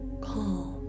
calm